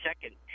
Second